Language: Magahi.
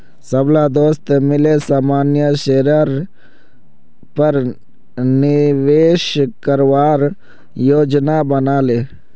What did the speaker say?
सबला दोस्त मिले सामान्य शेयरेर पर निवेश करवार योजना बना ले